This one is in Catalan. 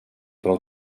prou